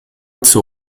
zur